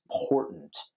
important